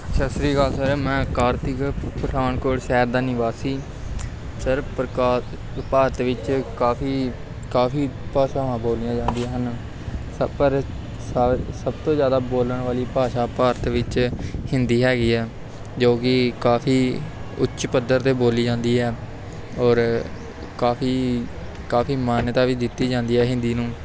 ਸਤਿ ਸ਼੍ਰੀ ਅਕਾਲ ਸਰ ਮੈਂ ਕਾਰਤਿਕ ਪਠਾਨਕੋਟ ਸ਼ਹਿਰ ਦਾ ਨਿਵਾਸੀ ਸਰ ਪ੍ਰਕਾਰ ਭਾਰਤ ਵਿੱਚ ਕਾਫ਼ੀ ਕਾਫ਼ੀ ਭਾਸ਼ਾਵਾਂ ਬੋਲੀਆਂ ਜਾਂਦੀਆਂ ਹਨ ਸਭ ਤੋਂ ਜ਼ਿਆਦਾ ਬੋਲਣ ਵਾਲੀ ਭਾਸ਼ਾ ਭਾਰਤ ਵਿੱਚ ਹਿੰਦੀ ਹੈਗੀ ਹੈ ਜੋ ਕਿ ਕਾਫ਼ੀ ਉੱਚ ਪੱਧਰ 'ਤੇ ਬੋਲੀ ਜਾਂਦੀ ਹੈ ਔਰ ਕਾਫ਼ੀ ਕਾਫ਼ੀ ਮਾਨਤਾ ਵੀ ਦਿੱਤੀ ਜਾਂਦੀ ਹੈ ਹਿੰਦੀ ਨੂੰ